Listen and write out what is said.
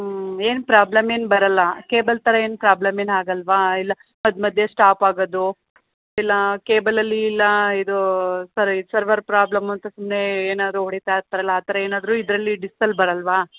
ಹ್ಞೂ ಏನೂ ಪ್ರಾಬ್ಲಮ್ ಏನೂ ಬರಲ್ಲ ಕೇಬಲ್ ಥರ ಏನೂ ಪ್ರಾಬ್ಲಮ್ ಏನೂ ಆಗಲ್ಲವಾ ಇಲ್ಲ ಮಧ್ಯ ಮಧ್ಯ ಸ್ಟಾಪ್ ಆಗೋದು ಇಲ್ಲ ಕೇಬಲಲ್ಲಿ ಇಲ್ಲ ಇದು ಸರ್ ಸರ್ವರ್ ಪ್ರಾಬ್ಲಮು ಅಂತ ಸುಮ್ಮನೆ ಏನಾದ್ರೂ ಹೊಡೀತಾ ಇರ್ತಾರಲ್ಲ ಆ ಥರ ಏನಾದರೂ ಇದರಲ್ಲಿ ಡಿಸ್ಸಲ್ಲಿ ಬರಲ್ಲವಾ